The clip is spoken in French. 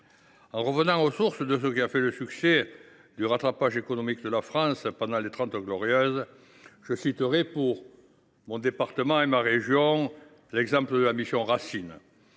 Revenant aux sources de ce qui a fait le succès du rattrapage économique de la France pendant les Trente Glorieuses, je citerai, pour mon département et ma région, l’exemple de la mission Racine,